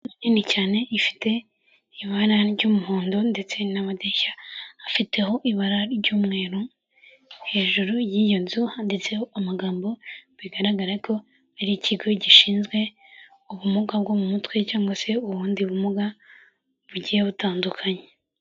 Inzu nini cyane ifite ibara ry'umuhondo ndetse n'amadishya afiteho ibara ry'umweru hejuru y'iyo nzu handitseho amagambo, bigaragara ko ari ikigo gishinzwe ubumuga bwo mu mutwe cyangwa se ubundi bumuga bugiye butandukanye.